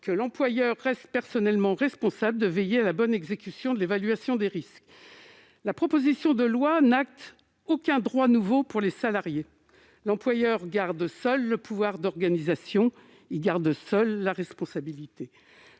que l'employeur reste personnellement responsable de veiller à la bonne exécution de l'évaluation des risques. La proposition de loi n'acte aucun droit nouveau pour les salariés. L'employeur garde seul le pouvoir d'organisation ; il doit donc garder seul la responsabilité.